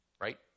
right